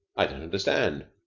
i don't understand.